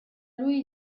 lui